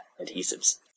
Adhesives